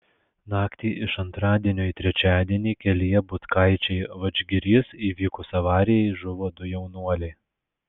naktį iš antradienio į trečiadienį kelyje butkaičiai vadžgirys įvykus avarijai žuvo du jaunuoliai